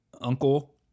uncle